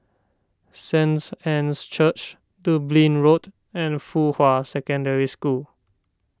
Saint's Anne's Church Dublin Road and Fuhua Secondary School